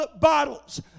bottles